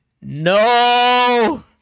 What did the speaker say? no